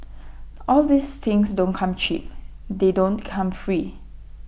all these things don't come cheap they don't come free